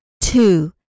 Two